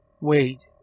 Wait